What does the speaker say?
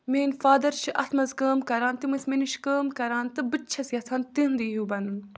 میٲنۍ فادَر چھِ اَتھ منٛز کٲم کران تِم ٲسۍ مےٚ نِش کٲم کران تہٕ بہٕ تہِ چھس یَژھان تِہُنٛد ہیِو بَنُن